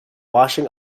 washing